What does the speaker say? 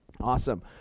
Awesome